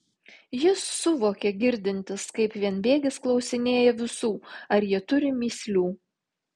jis suvokė girdintis kaip vienbėgis klausinėja visų ar jie turi mįslių